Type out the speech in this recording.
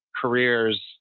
careers